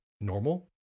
normal